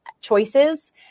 choices